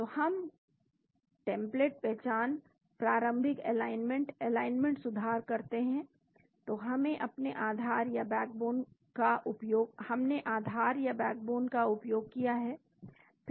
तो हम टेम्पलेट पहचान प्रारंभिक एलाइनमेंट एलाइनमेंट सुधार करते हैं तो हमने आधार या बैकबोन का उपयोग किया है